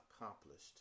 accomplished